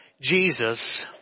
Jesus